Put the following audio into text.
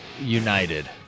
united